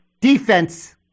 defense